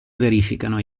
verificano